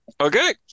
okay